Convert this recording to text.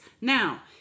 Now